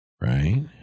Right